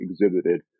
exhibited